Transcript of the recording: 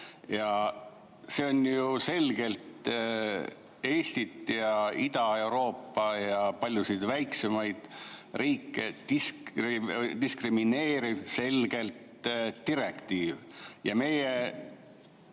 See on ju selgelt Eestit ja Ida-Euroopat ja paljusid väiksemaid riike diskrimineeriv direktiiv ja meie